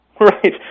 Right